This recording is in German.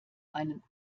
einen